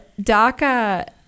DACA